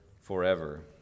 forever